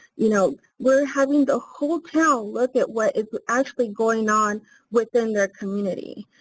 you know, we're having the whole town look at what is actually going on within their community.